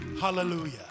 Hallelujah